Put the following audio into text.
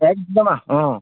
একদম আৰু অঁ